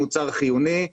מוצר חיוני,